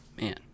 Man